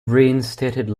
reinstated